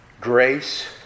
Grace